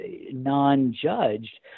non-judged